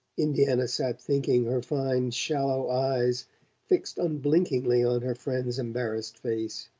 indiana sat thinking, her fine shallow eyes fixed unblinkingly on her friend's embarrassed face.